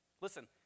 Listen